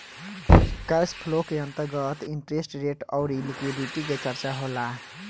cash flow के अंतर्गत interest rate अउरी लिक्विडिटी के चरचा होला